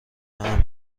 امن